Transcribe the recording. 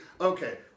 okay